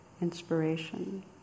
inspiration